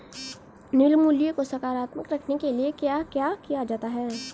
निवल मूल्य को सकारात्मक रखने के लिए क्या क्या किया जाता है?